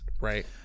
Right